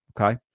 Okay